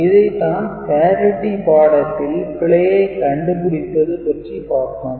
இதைத்தான் parity பாடத்தில் பிழையை கண்டுபிடிப்பது பற்றி பார்த்தோம்